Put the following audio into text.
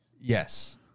Yes